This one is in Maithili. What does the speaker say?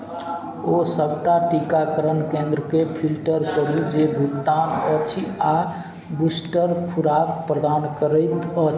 ओ सबटा टीकाकरण केन्द्रके फिल्टर करू जे भुगतान अछि आओर बूस्टर खुराक प्रदान करैत अछि